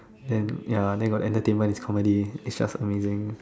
then ya then got entertainment is comedy is just amazing